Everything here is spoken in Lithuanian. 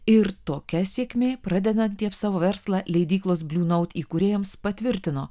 ir tokia sėkmė pradedantiems savo verslą leidyklos bliu naut įkūrėjams patvirtino